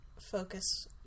focus